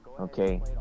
Okay